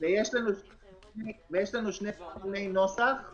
ויש לנו שני תיקוני נוסח.